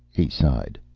he sighed.